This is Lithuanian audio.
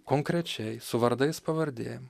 konkrečiai su vardais pavardėm